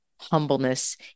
humbleness